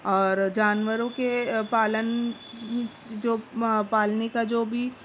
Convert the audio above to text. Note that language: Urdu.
اور جانوروں کے پالن جو پالنے کا جو بھی